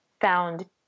found